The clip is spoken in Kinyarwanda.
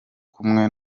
kumwe